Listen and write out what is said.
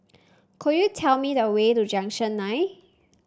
could you tell me the way to Junction Nine